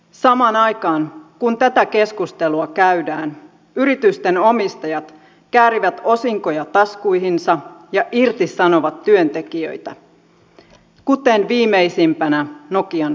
samaan aikaan kun tätä keskustelua käydään yritysten omistajat käärivät osinkoja taskuihinsa ja irtisanovat työntekijöitä kuten viimeisimpänä nokian renkaat